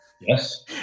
yes